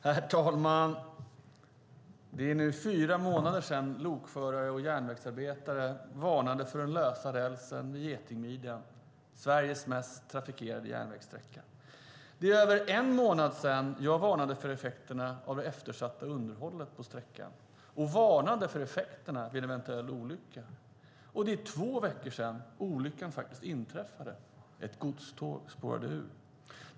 Herr talman! Det är nu fyra månader sedan lokförare och järnvägsarbetare varnade för den lösa rälsen vid getingmidjan, Sveriges mest trafikerade järnvägssträcka. Det är över en månad sedan jag varnade för effekterna av det eftersatta underhållet på sträckan, och varnade för effekterna vid en eventuell olycka. Och det är två veckor sedan olyckan faktiskt inträffade. Ett godståg spårade ur.